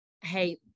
hey